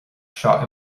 seo